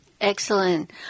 Excellent